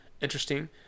Interesting